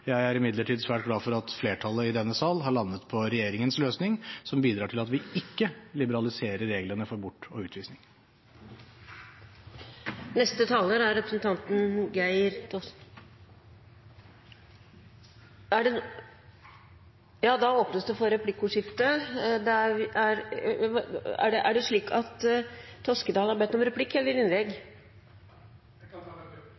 Jeg er imidlertid svært glad for at flertallet i denne salen har landet på regjeringens løsning, som bidrar til at vi ikke liberaliserer reglene for bortvisning og utvisning. Det blir replikkordskifte. Det som gjorde at jeg ba om ordet, var at jeg antar at statsråden sa feil. Han sa at